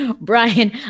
Brian